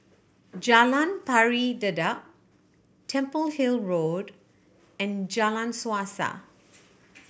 Jalan Pari Dedap Temple Hill Road and Jalan Suasa